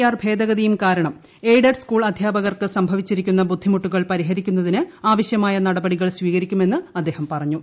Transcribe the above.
R ഭേദഗതിയും കാരണം aided school അധ്യാപകർക്ക് സംഭവിച്ചിരിക്കുന്ന ബുദ്ധിമുട്ടു കൾ പരിഹരിക്കുന്നതിന് ആവശ്യമായ നടപടികൾ സ്വീകരിക്കു മെന്നും അദ്ദേഹം പറഞ്ഞു